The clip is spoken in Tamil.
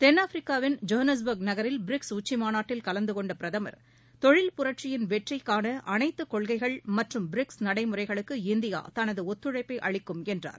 தென்னாப்பிரிக்காவின் ஜோஹன்னஸ்பர்க் நகரில் பிரிக்ஸ் உச்சி மாநாட்டில் கலந்தகொண்ட பிரதமர் தொழில் புரட்சியில் வெற்றி காண அளைத்து கொள்கைகள் மற்றும் பிரிக்ஸ் நடைமுறைகளுக்கு இந்தியா தனது ஒத்துழைப்பை அளிக்கும் என்றார்